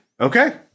Okay